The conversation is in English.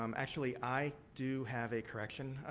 um actually, i do have a correction,